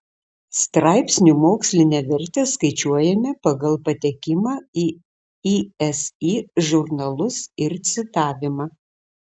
straipsnių mokslinę vertę skaičiuojame pagal patekimą į isi žurnalus ir citavimą